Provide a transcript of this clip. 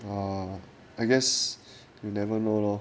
uh I guess you'll never know lor